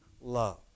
love